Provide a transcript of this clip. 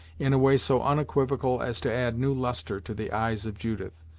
in a way so unequivocal as to add new lustre to the eyes of judith,